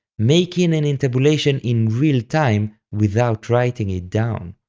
making an intabulation in real time without writing it down.